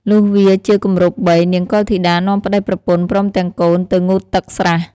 លុះវារជាគម្រប់បី នាងកុលធីតានាំប្តីប្រពន្ធព្រមទាំងកូនទៅងូតទឹកស្រះ ។